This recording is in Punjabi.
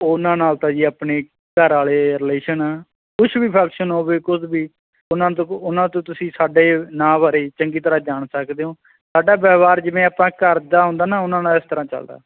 ਉਹਨਾਂ ਨਾਲ ਤਾਂ ਜੀ ਆਪਣੇ ਘਰ ਵਾਲੇ ਰਿਲੇਸ਼ਨ ਕੁਛ ਵੀ ਫੰਕਸ਼ਨ ਹੋਵੇ ਕੁਝ ਵੀ ਉਹਨਾਂ ਤੋਂ ਉਹਨਾਂ ਤੋਂ ਤੁਸੀਂ ਸਾਡੇ ਨਾਂ ਬਾਰੇ ਚੰਗੀ ਤਰ੍ਹਾਂ ਜਾਣ ਸਕਦੇ ਹੋ ਸਾਡਾ ਵਿਵਹਾਰ ਜਿਵੇਂ ਆਪਾਂ ਘਰ ਦਾ ਹੁੰਦਾ ਨਾ ਉਹਨਾਂ ਨਾਲ ਇਸ ਤਰ੍ਹਾਂ ਚਲਦਾ